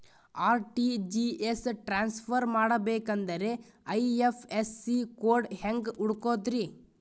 RTGS transfer ಮಾಡಬೇಕೆಂದರೆ IFSC code ಹೆಂಗ್ ಹುಡುಕೋದ್ರಿ?